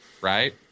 Right